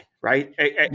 right